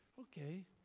okay